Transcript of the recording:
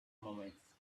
moments